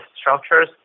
structures